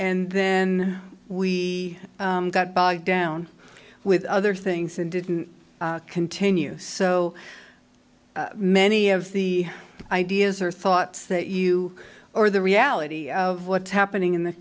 and then we got bogged down with other things and didn't continue so many of the ideas or thoughts that you or the reality of what's happening in the